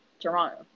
Toronto